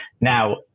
now